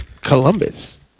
Columbus